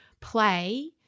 play